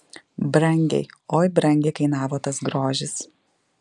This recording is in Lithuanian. brangiai oi brangiai kainavo tas grožis